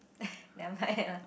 never mind lah